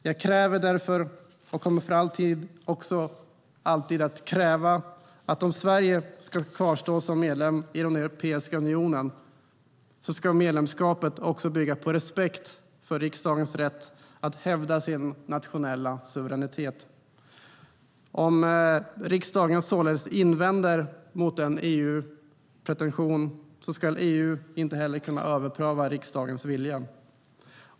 Jag kräver därför, och kommer för all framtid alltid att kräva, att om Sverige ska kvarstå som medlem i Europeiska unionen ska medlemskapet bygga på respekt för riksdagens rätt att hävda sin nationella suveränitet. Om riksdagen invänder mot en EU-pretention ska EU inte kunna överpröva riksdagens vilja.